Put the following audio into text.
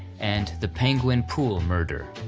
and the penguin pool murder.